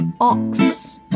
ox